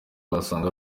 wasanga